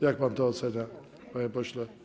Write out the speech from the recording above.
Jak pan to ocenia, panie pośle?